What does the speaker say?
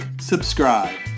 subscribe